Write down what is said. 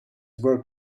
were